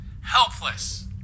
Helpless